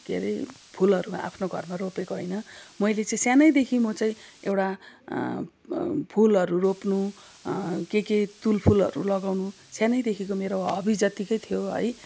के रे फुलहरू आफ्नो घरमा रोपेको होइन मैले चाहिँ सानैदेखि म चाहिँ एउटा फुलहरू रोप्नु के के तुलफुलहरू लगाउनु सानैदेखिको मेरो हबी जत्तिकै थियो है